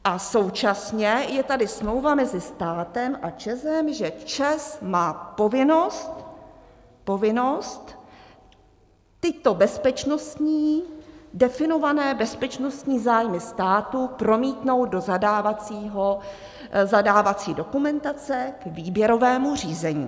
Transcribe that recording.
A současně je tady smlouva mezi státem a ČEZem, že ČEZ má povinnost povinnost tyto bezpečnostní, definované bezpečnostní zájmy státu promítnout do zadávací dokumentace k výběrovému řízení.